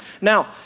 Now